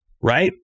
right